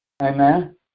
Amen